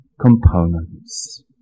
components